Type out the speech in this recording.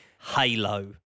Halo